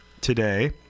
today